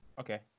Okay